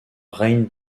règne